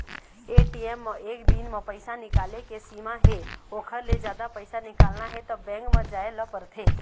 ATM म एक दिन म पइसा निकाले के सीमा हे ओखर ले जादा पइसा निकालना हे त बेंक म जाए ल परथे